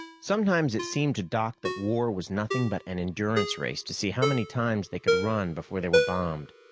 sometimes it seemed to doc that war was nothing but an endurance race to see how many times they could run before they were bombed.